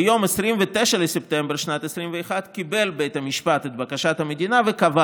ביום 29 בספטמבר שנת 2021 קיבל בית המשפט את בקשת המדינה וקבע